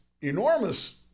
enormous